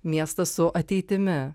miestas su ateitimi